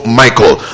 michael